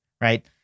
right